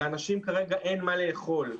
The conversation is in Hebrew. לאנשים כרגע אין מה לאכול.